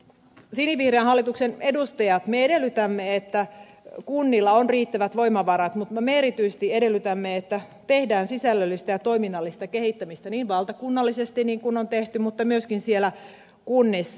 me sinivihreän hallituksen edustajat edellytämme että kunnilla on riittävät voimavarat mutta me erityisesti edellytämme että tehdään sisällöllistä ja toiminnallista kehittämistä niin valtakunnallisesti kuten on tehty kuin myöskin siellä kunnissa